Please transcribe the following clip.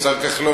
השר כחלון,